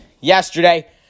yesterday